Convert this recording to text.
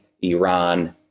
Iran